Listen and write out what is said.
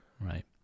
Right